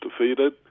defeated